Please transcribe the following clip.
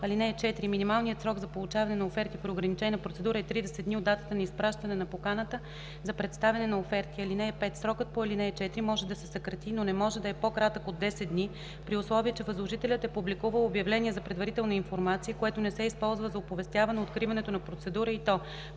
(4) Минималният срок за получаване на оферти при ограничена процедура е 30 дни от датата на изпращане на поканата за представяне на оферти. (5) Срокът по ал. 4 може да се съкрати, но не може да е по-кратък от 10 дни, при условие че възложителят е публикувал обявление за предварителна информация, което не се използва за оповестяване откриването на процедура, и то: